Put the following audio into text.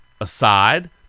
aside